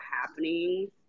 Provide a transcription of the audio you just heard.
happening